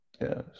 Yes